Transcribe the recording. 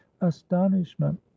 astonishment